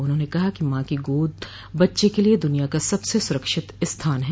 उन्होंने कहा कि मां की गोद बच्चे के लिये दुनिया का सबसे सुरक्षित स्थान है